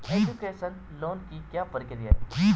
Education loan की क्या प्रक्रिया है?